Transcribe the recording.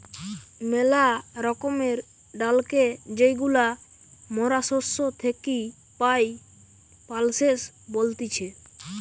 মেলা রকমের ডালকে যেইগুলা মরা শস্য থেকি পাই, পালসেস বলতিছে